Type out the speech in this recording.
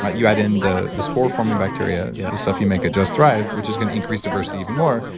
but you add in the the spore forming bacteria, yeah the stuff you make, just thrive, which is going to increase diversity even more,